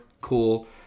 cool